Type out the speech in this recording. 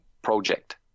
Project